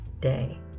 day